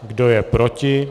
Kdo je proti?